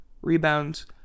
rebounds